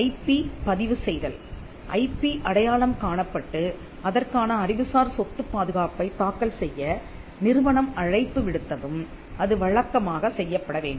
IP பதிவுசெய்தல் IP அடையாளம் காணப்பட்டு அதற்கான அறிவுசார் சொத்து பாதுகாப்பைத் தாக்கல் செய்ய நிறுவனம் அழைப்பு விடுத்ததும் அது வழக்கமாக செய்யப்பட வேண்டும்